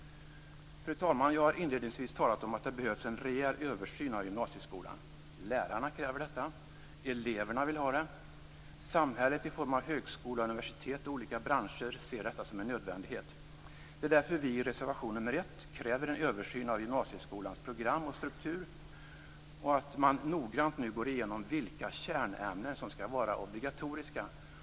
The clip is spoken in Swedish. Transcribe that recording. Fru talman! Jag har inledningsvis talat om att det behövs en rejäl översyn av gymnasieskolan. Lärarna kräver detta. Eleverna vill ha det. Samhället, i form av högskolor, universitet och olika branscher, ser detta som en nödvändighet. Det är därför som vi i reservation nr 1 kräver en översyn av gymnasieskolans program och struktur och att man nu noggrant går igenom vilka kärnämnen som skall vara obligatoriska.